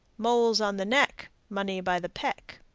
moles on the neck, money by the peck.